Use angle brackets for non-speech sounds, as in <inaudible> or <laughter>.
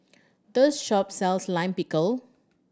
<unintelligible> shop sells Lime Pickle